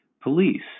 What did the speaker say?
police